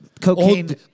Cocaine